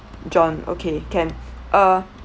john okay can uh